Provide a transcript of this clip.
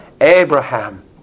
Abraham